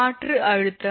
காற்று அழுத்தம்